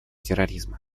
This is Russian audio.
терроризма